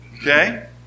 Okay